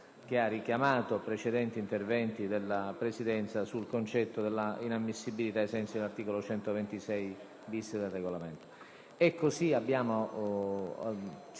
Grazie,